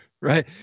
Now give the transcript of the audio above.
Right